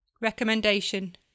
Recommendation